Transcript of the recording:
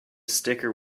sticker